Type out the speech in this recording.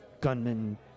gunman